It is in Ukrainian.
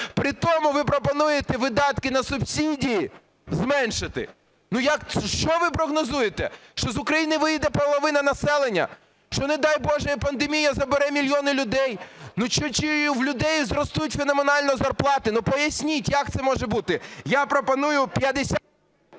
При тому ви пропонуєте видатки на субсидії зменшити. Ну як, що ви прогнозуєте, що з України виїде половина населення? Що, не дай Боже, пандемія забере мільйони людей? Чи в людей зростуть феноменально зарплати? Поясніть, як це може бути. Я пропоную 50…